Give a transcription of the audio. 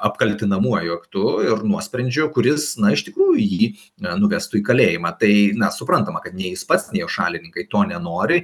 apkaltinamuoju aktu ir nuosprendžiu kuris iš tikrųjų jį nenuvestų į kalėjimą tai na suprantama kad ne jis pats nei jo šalininkai to nenori